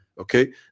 okay